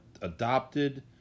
adopted